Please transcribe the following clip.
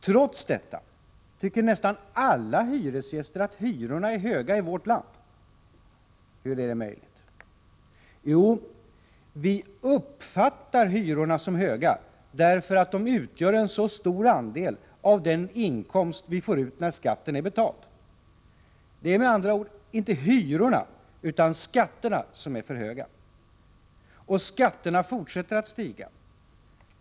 Trots detta tycker nästan alla hyresgäster att hyrorna är höga i vårt land. Hur är detta möjligt? Jo, vi uppfattar hyrorna som höga därför att de utgör en så stor andel av den inkomst vi får ut när skatten är betald. Det är med andra ord inte hyrorna utan skatterna som är för höga. Och skatterna fortsätter att stiga.